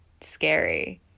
scary